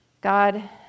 God